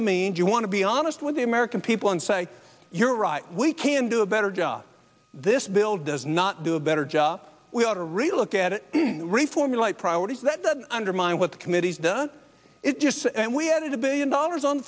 the means you want to be honest with the american people and say you're right we can do a better job this bill does not do a better job we ought to relook at it reformulate priorities that doesn't undermine what the committee's done it's just and we had a billion dollars on the